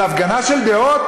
אז למה, על הפגנה של דעות?